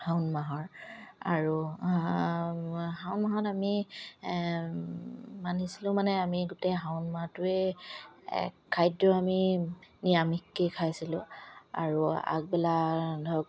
শাওণ মাহৰ আৰু শাওন মাহত আমি মানিছিলোঁ মানে আমি গোটেই শাওণ মাহটোৱে খাদ্য আমি নিৰামিষকে খাইছিলোঁ আৰু আগবেলা ধৰক